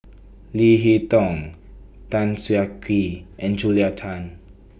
Leo Hee Tong Tan Siah Kwee and Julia Tan